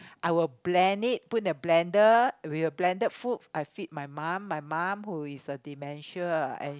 I'll blend it put in a blender we'll blended food I feed my mum my mum who is a dementia and